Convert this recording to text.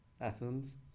Athens